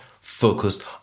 focused